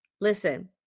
listen